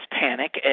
panic